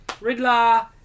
Riddler